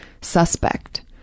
suspect